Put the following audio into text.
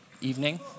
evening